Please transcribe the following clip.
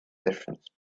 difference